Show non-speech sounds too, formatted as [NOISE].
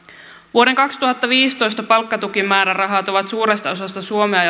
vuoden kaksituhattaviisitoista palkkatukimäärärahat ovat suuresta osasta suomea [UNINTELLIGIBLE]